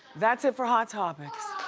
that's it for hot topics.